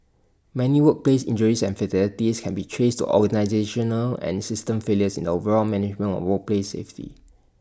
many workplace injuries and fatalities can be traced to organisational and system failures in the overall management of workplace safety